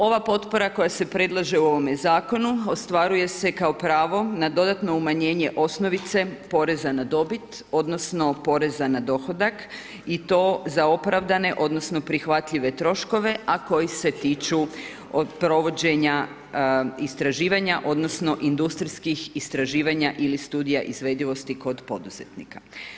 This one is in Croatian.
Ova potpora koja se prelaže u ovome zakonu, ostvaruje se kao pravo, na dodatno umanjenje osnovica poreza na dobit, odnosno, poreza na dohodak i to za opravdane, odnosno, prihvatljive troškove a koji se tiču od provođenja, istraživanja, odnosno, industrijskih istraživanja ili studija izvedivosti kod poduzetnika.